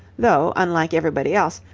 though, unlike everybody else,